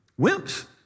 Wimps